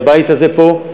לבית הזה פה,